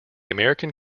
american